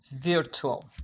virtual